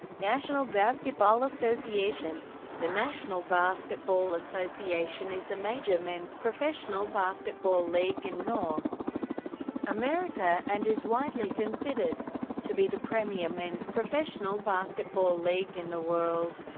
national basketball association the national basketball association is the major men's professional basketball league in north america, and is widely considered to be the premier men's professional basketball league in the world.